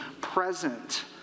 present